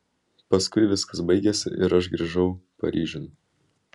paskui viskas baigėsi ir aš grįžau paryžiun